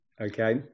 Okay